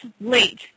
late